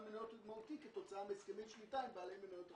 מניות מהותי כתוצאה מהסכמי שליטה עם בעלי מניות אחרים.